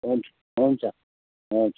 हुन्छ हुन्छ हुन्छ